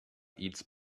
eats